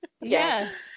Yes